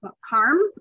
harm